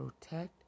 protect